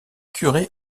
curé